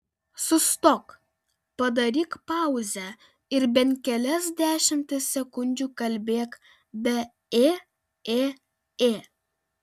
sustok padaryk pauzę ir bent kelias dešimtis sekundžių kalbėk be ė ė ė